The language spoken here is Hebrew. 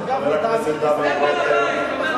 חבר הכנסת דוד רותם.